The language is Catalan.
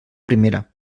primera